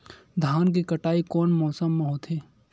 धान के कटाई कोन मौसम मा होथे?